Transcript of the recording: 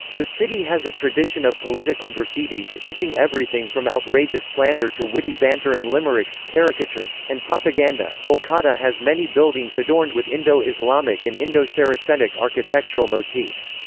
the city has a tradition of political graffiti depicting everything from outrageous slander to witty banter and limericks, caricatures, and propaganda kolkata has many buildings adorned with indo-islamic and indo-saracenic architectural motifs.